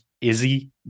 Izzy